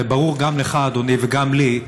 הרי ברור גם לך, אדוני, וגם לי,